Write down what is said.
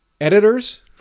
editors